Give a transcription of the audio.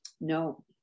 No